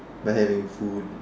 by having food